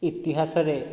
ଇତିହାସରେ